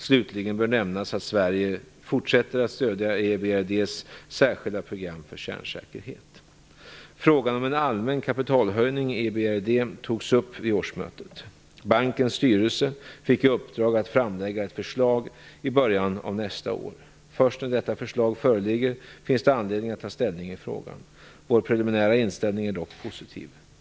Slutligen bör nämnas att Sverige fortsätter att stödja Frågan om en allmän kapitalhöjning i EBRD togs upp vid årsmötet. Bankens styrelse fick i uppdrag att framlägga ett förslag i början av nästa år. Först när detta förslag föreligger finns det anledning att ta ställning i frågan. Vår preliminära inställning är dock positiv.